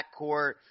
backcourt